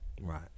Right